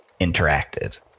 interacted